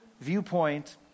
viewpoint